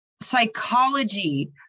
psychology